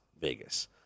Vegas